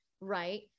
right